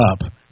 up